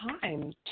time